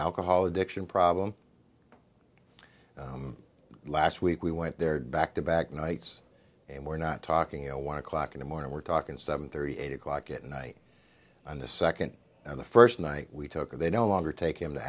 alcohol addiction problem last week we went there back to back nights and we're not talking a one o'clock in the morning we're talking seven thirty eight o'clock at night on the second and the first night we took they no longer take him to